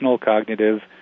cognitive